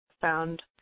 found